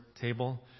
table